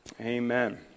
Amen